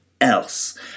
else